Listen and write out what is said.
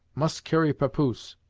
must carry papoose.